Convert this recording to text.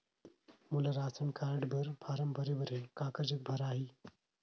मोला ration card बर form भरे बर हे काकर जग भराही?